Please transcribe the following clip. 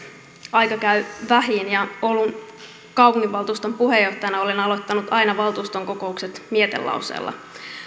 aika käy vähiin ja oulun kaupunginvaltuuston puheenjohtajana olen aloittanut aina valtuuston kokoukset mietelauseella